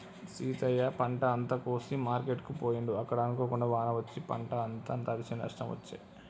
సీతయ్య పంట అంత కోసి మార్కెట్ కు పోయిండు అక్కడ అనుకోకుండా వాన వచ్చి పంట అంత తడిశె నష్టం వచ్చే